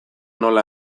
nola